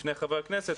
ובפני חברי הכנסת,